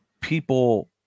people